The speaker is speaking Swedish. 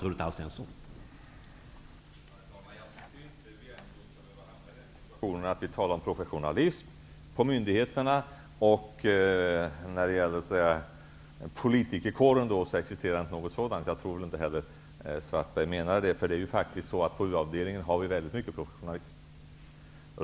Herr talman! Jag tycker inte att vi skall behöva hamna i den situationen att vi talar om professionalism hos myndigheterna och säga att en sådan inte existerar när det gäller politikerkåren. Men jag tror inte det var vad Karl-Erik Svartberg menade.